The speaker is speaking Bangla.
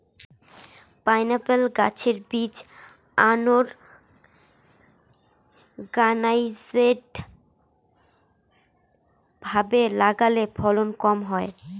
পাইনএপ্পল গাছের বীজ আনোরগানাইজ্ড ভাবে লাগালে ফলন কম হয়